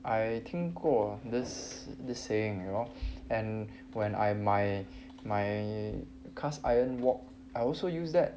I 听过 this the saying you know and when I my my cast iron wok I also use that